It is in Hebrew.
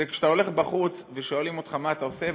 כשאתה הולך בחוץ ושואלים אותך מה אתה עושה,